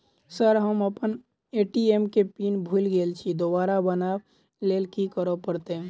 Sir हम अप्पन ATM केँ पिन भूल गेल छी दोबारा बनाब लैल की करऽ परतै?